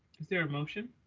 is there a motion?